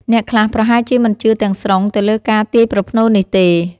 អ្នកខ្លះប្រហែលជាមិនជឿទាំងស្រុងទៅលើការទាយប្រផ្នូលនេះទេ។